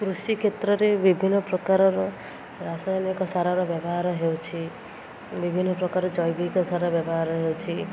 କୃଷି କ୍ଷେତ୍ରରେ ବିଭିନ୍ନ ପ୍ରକାରର ରାସାୟନିକ ସାରର ବ୍ୟବହାର ହେଉଛି ବିଭିନ୍ନ ପ୍ରକାର ଜୈବିକ ସାର ବ୍ୟବହାର ହେଉଛି